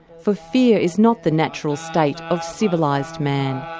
for fear is not the natural state of civilised man.